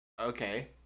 okay